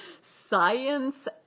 Science